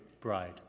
bride